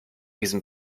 diesen